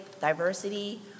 diversity